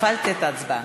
הפעלתי את ההצבעה.